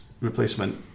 Replacement